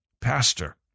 Pastor